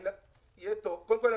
קודם כול,